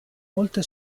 molte